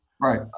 Right